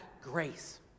grace